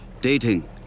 dating